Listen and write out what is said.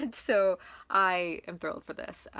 and so i am thrilled for this.